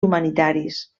humanitaris